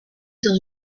dans